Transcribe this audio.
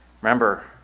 remember